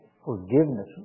forgiveness